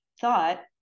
thought